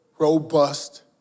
robust